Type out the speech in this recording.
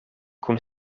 kun